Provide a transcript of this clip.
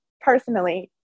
personally